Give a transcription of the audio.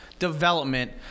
Development